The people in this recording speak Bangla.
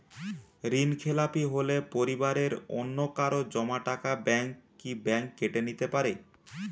ঋণখেলাপি হলে পরিবারের অন্যকারো জমা টাকা ব্যাঙ্ক কি ব্যাঙ্ক কেটে নিতে পারে?